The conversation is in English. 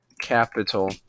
capital